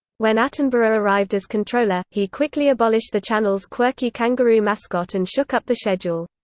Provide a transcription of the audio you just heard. when attenborough arrived as controller, he quickly abolished the channel's quirky kangaroo mascot and shook up the schedule.